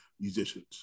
musicians